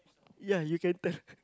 ya you can tell